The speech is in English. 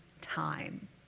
time